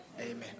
Amen